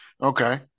Okay